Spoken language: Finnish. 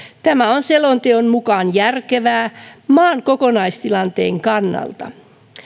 tämä on selonteon mukaan järkevää maan kokonaistilanteen kannalta